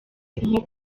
nko